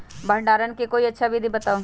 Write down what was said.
भंडारण के कोई अच्छा विधि बताउ?